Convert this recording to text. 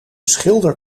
schilder